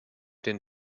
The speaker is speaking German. den